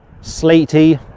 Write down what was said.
sleety